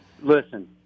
listen